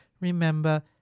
remember